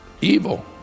evil